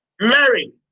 Mary